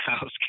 house